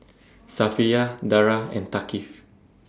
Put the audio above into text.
Safiya Dara and Thaqif